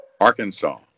Arkansas